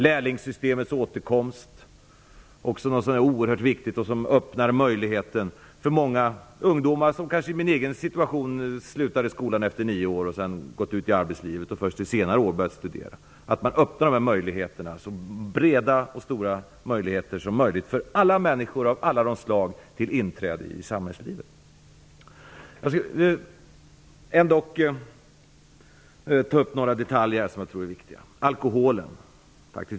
Lärlingssystemets återkomst är också synnerligen viktig och öppnar möjligheten för många ungdomar som kanske är i samma situation som jag själv var när jag slutade skolan efter nio år och gick ut i arbetslivet. Först under senare år har jag börjat studera. Det gäller att öppna så breda vägar som möjligt för människor av alla slag till inträde i samhällslivet. Jag skall ändock ta upp några detaljer som jag tror är viktiga, och först alkoholfrågan.